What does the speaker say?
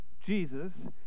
Jesus